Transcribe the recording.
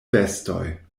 bestoj